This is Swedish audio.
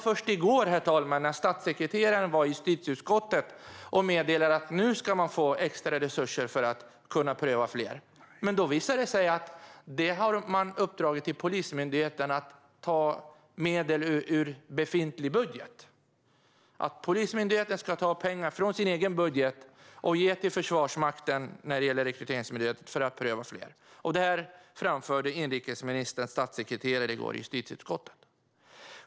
Först i går, herr talman, när statssekreteraren var i justitieutskottet, meddelades att man nu ska få extra resurser för att kunna pröva fler. Men det visade sig att Polismyndigheten fått i uppdrag att ta medel ur sin egen budget och ge till Försvarsmakten för att Rekryteringsmyndigheten ska kunna pröva fler. Detta framförde inrikesministerns statssekreterare i går i justitieutskottet.